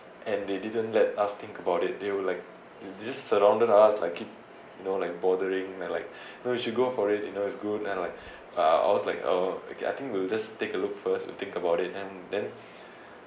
and they didn't let us think about it they will like they just surrounded us like keep you know like bothering and like no you should go for it you know it's good I'm like uh I was like oh okay I think we'll just take a look first to think about it and then